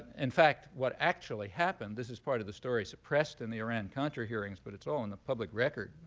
in fact, what actually happened this is part of the story suppressed in the iran-contra hearings, but it's all in the public record.